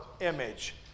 image